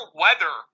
weather